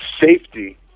safety